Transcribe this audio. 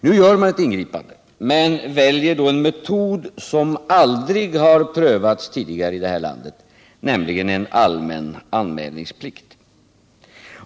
Nu gör man ett ingripande men väljer då en metod som aldrig tidigare har prövats här i landet, nämligen en allmän anmälningsplikt.